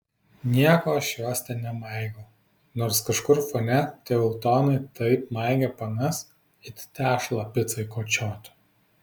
nieko aš jos ten nemaigiau nors kažkur fone teutonai taip maigė panas it tešlą picai kočiotų